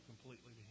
completely